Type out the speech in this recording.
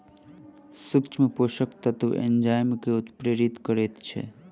सूक्ष्म पोषक तत्व एंजाइम के उत्प्रेरित करैत छै